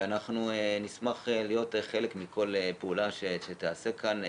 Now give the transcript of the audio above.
ואנחנו נשמח להיות חלק מכל פעולה שתיעשה כאן,